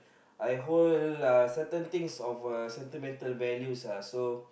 I hold a certain things of sentimental value so